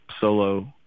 solo